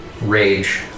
Rage